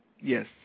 Yes